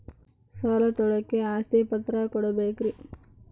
ಸಾಲ ತೋಳಕ್ಕೆ ಆಸ್ತಿ ಪತ್ರ ಕೊಡಬೇಕರಿ?